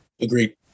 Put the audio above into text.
Agreed